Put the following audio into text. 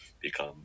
become